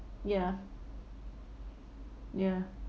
ya ya